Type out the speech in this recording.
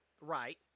Right